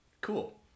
Cool